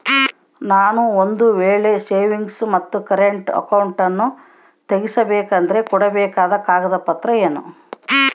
ನಾನು ಒಂದು ವೇಳೆ ಸೇವಿಂಗ್ಸ್ ಮತ್ತ ಕರೆಂಟ್ ಅಕೌಂಟನ್ನ ತೆಗಿಸಬೇಕಂದರ ಕೊಡಬೇಕಾದ ಕಾಗದ ಪತ್ರ ಏನ್ರಿ?